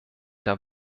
der